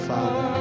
Father